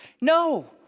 No